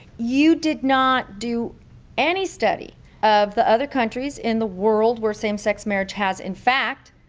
you did not do any study of the other countries in the world where same-sex marriage has, in fact,